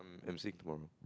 emceeing tomorrow